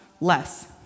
less